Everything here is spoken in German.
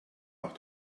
auch